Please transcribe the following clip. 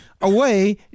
away